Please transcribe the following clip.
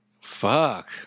fuck